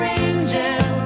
angel